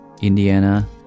Indiana